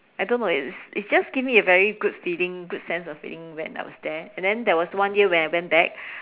I don't know is is just give me a very good feeling good sense of feeling when I was there and then there was one year where I went back